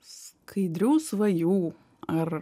skaidrių svajų ar